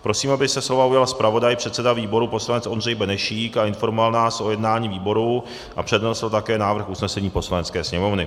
Prosím, aby se slova ujal zpravodaj, předseda výboru poslanec Ondřej Benešík, informoval nás o jednání výboru a přednesl také návrh usnesení Poslanecké sněmovny.